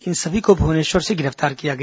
इन सभी को भुवनेश्वर से गिरफ्तार किया गया